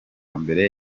mbere